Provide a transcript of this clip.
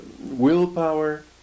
willpower